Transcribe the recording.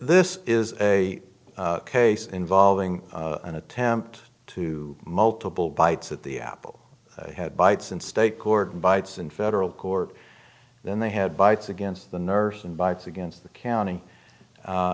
this is a case involving an attempt to multiple bites at the apple had bites in state court bites in federal court then they had bites against the nurse and bites against the county